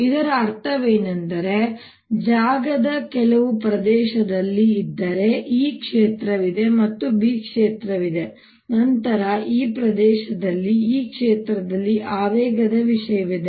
ಇದರ ಅರ್ಥವೇನೆಂದರೆ ಜಾಗದ ಕೆಲವು ಪ್ರದೇಶದಲ್ಲಿ ಇದ್ದರೆ E ಕ್ಷೇತ್ರವಿದೆ ಮತ್ತು B ಕ್ಷೇತ್ರವಿದೆ ನಂತರ ಈ ಪ್ರದೇಶದಲ್ಲಿ ಈ ಕ್ಷೇತ್ರದಲ್ಲಿ ಆವೇಗದ ವಿಷಯವಿದೆ